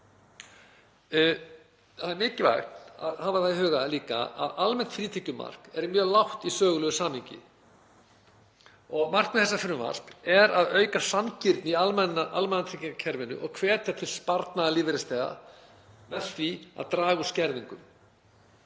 Það er mikilvægt að hafa það í huga líka að almennt frítekjumark er mjög lágt í sögulegu samhengi. Markmið þessa frumvarps er að auka sanngirni í almannatryggingakerfinu og hvetja til sparnaðar lífeyrisþega með því að draga úr skerðingum.